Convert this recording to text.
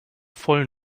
voll